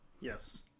yes